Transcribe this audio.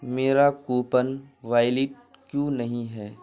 میرا coupon valid کیوں نہیں ہے